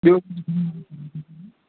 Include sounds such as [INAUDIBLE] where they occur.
[UNINTELLIGIBLE]